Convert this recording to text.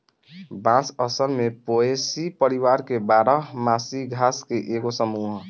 बांस असल में पोएसी परिवार के बारह मासी घास के एगो समूह ह